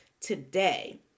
today